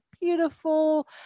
beautiful